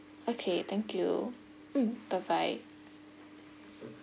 okay thank you mm bye bye